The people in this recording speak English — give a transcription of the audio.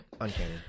Uncanny